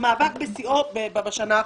והמאבק בשיאו הוא בשנה האחרונה.